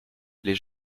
les